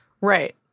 Right